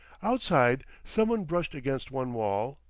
outside somebody brushed against one wall,